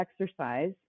exercise